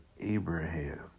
Abraham